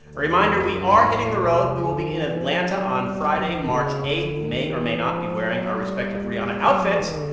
reminder we are hitting the road. we will be in atlanta on friday, march eight may or may not be wearing our respective rihanna outfits.